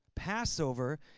Passover